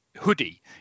hoodie